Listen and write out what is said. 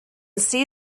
see